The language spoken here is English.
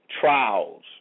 trials